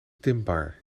dimbaar